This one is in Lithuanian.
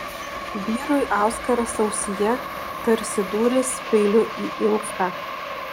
vyrui auskaras ausyje tarsi dūris peiliu į inkstą